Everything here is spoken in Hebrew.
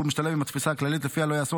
והוא משתלב עם התפיסה הכללית שלפיה לא ייעשו